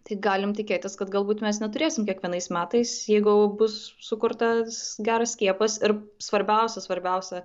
tai galim tikėtis kad galbūt mes neturėsim kiekvienais metais jeigu bus sukurtas geras skiepas ir svarbiausia svarbiausia